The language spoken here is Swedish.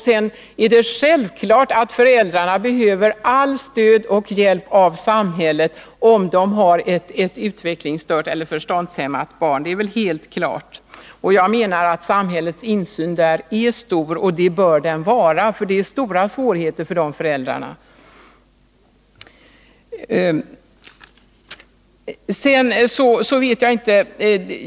Sedan är det självklart att de föräldrar som har ett utvecklingsstört eller förståndshämmat barn behöver allt stöd och all hjälp av samhället. Samhällets insyn är i detta sammanhang stor — och bör så vara. Dessa föräldrar har nämligen stora svårigheter.